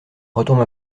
retombe